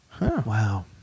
Wow